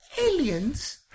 Aliens